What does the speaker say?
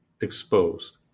exposed